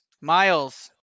Miles